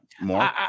more